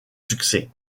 succès